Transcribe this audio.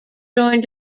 joined